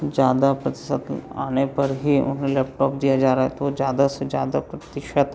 ज़्यादा प्रतिशत आने पर ही उन्हें लैपटॉप दिया जा रहा है तो ज़्यादा से ज्यादा प्रतिशत